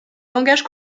langage